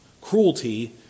Cruelty